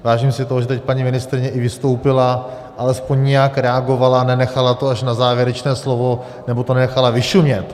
Vážím si toho, že teď paní ministryně i vystoupila, alespoň nějak reagovala, nenechala to až na závěrečné slovo nebo to nenechala vyšumět.